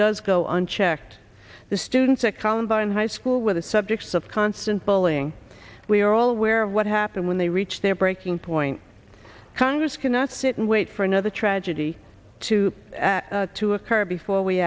does go unchecked the students at columbine high school where the subjects of constant bullying we are all aware of what happened when they reached their breaking point congress cannot sit and wait for another tragedy to to occur before we